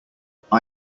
icbm